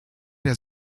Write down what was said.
der